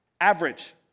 average